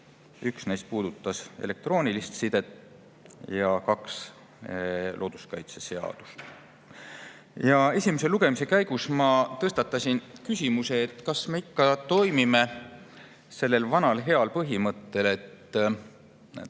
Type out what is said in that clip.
üks neist puudutas elektroonilist sidet ja kaks [puudutasid] looduskaitseseadust. Esimese lugemise käigus tõstatasin ma küsimuse, kas me ikka toimime sellel vanal heal põhimõttel, et